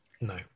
no